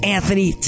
Anthony